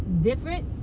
different